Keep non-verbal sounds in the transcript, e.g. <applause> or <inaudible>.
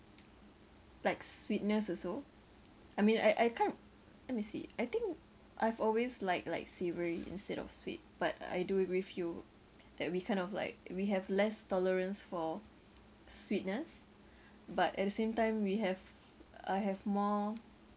<noise> like sweetness also I mean I I can't let me see I think I've always liked like savoury instead of sweet but I do agree with you that we kind of like we have less tolerance for sweetness but at the same time we have I have more